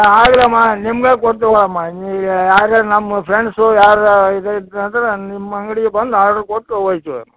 ಆಗಲಿ ಅಮ್ಮ ನಿಮಗೇ ಕೊಡ್ತಿವಿ ಅಮ್ಮ ಯಾರೆರ್ ನಮ್ಮ ಫ್ರೆಂಡ್ಸು ಯಾರೆರ್ ಇದ್ದರು ಅಂದ್ರೆ ನಿಮ್ಮ ಅಂಗ್ಡಿಗೆ ಬಂದು ಆರ್ಡರ್ ಕೊಟ್ಟು ಹೋಯ್ತಿವಿ